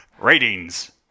Ratings